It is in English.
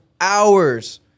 hours